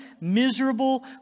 miserable